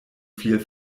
viel